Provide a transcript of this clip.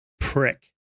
prick